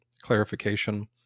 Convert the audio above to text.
clarification